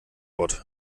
ort